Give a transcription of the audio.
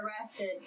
arrested